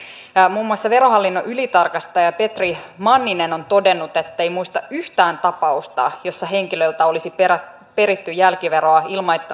muun muassa verohallinnon ylitarkastaja petri manninen on todennut ettei muista yhtään tapausta jossa henkilöltä olisi peritty peritty jälkiveroa